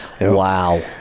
wow